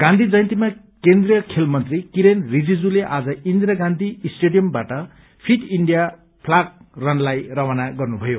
गाँधी जयन्तीमा केन्द्रीय खेल मन्त्री किरेन रिजिजूले आज इन्दिरा गाँधी स्टेडियमबाट फिट इण्डिया प्लाग रनलाई रवाना गर्नुभयो